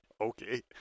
okay